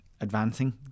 advancing